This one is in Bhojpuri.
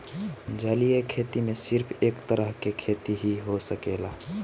जलीय खेती में सिर्फ एक तरह के खेती ही हो सकेला